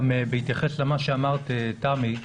גם בהתייחס למה שאמרה תמר זנדברג.